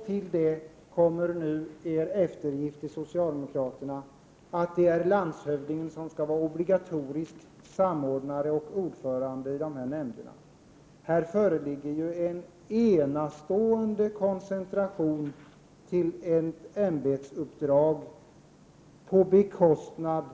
Till detta skall nu läggas moderaternas eftergift till socialdemokraterna, att det är landshövdingen som obligatoriskt skall vara samordnare och ordförande i dessa nämnder. Här föreligger en enastående koncentration till ett ämbetsuppdrag på bekostnad